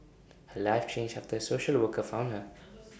her life changed after A social worker found her